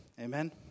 Amen